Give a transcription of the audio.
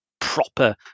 proper